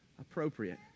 appropriate